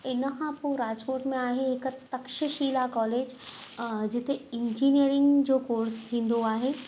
हिन खां पोइ राजकोट में आहे हिक तक्षशिला कॉलेज जिते इंजीनिअरिंग जो कोर्स थींदो आहे